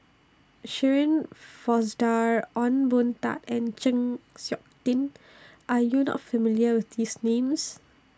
Shirin Fozdar Ong Boon Tat and Chng Seok Tin Are YOU not familiar with These Names